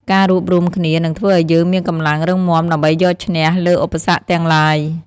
ការរួបរួមគ្នា នឹងធ្វើឱ្យយើងមានកម្លាំងរឹងមាំដើម្បីយកឈ្នះលើឧបសគ្គទាំងឡាយ។